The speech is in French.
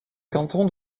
canton